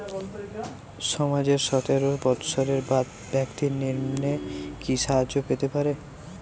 সমাজের সতেরো বৎসরের ব্যাক্তির নিম্নে কি সাহায্য পেতে পারে?